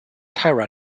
taira